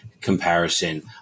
comparison